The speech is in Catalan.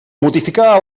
modificar